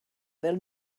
fel